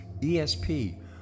ESP